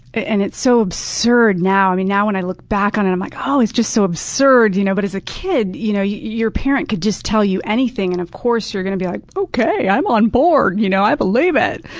and it's so absurd now. and now when i look back on it, i'm like, ah it's just so absurd. you know but as a kid, you know your parent could just tell you anything, and of course you're going to be like, okay, i'm on board. you know i believe it.